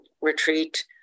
retreat